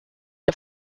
der